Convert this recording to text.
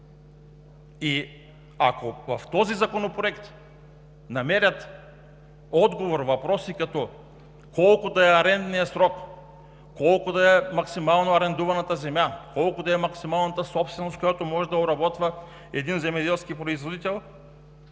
Ако в този законопроект намерят отговор въпроси, като: колко да е арендният срок, колко да е максимално арендуваната земя, колко да е максималната собственост, която може да обработва един земеделски производител,